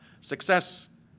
Success